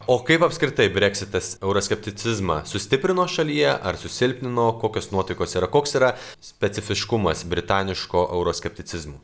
o kaip apskritai breksitas euroskepticizmą sustiprino šalyje ar susilpnino kokios nuotaikos yra koks yra specifiškumas britaniško euroskepticizmo